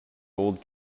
old